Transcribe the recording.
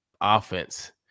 offense